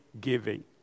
giving